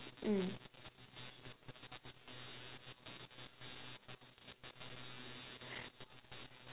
mm